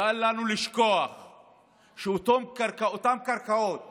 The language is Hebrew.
אל לנו לשכוח שאותן קרקעות